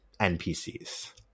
NPCs